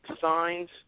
signs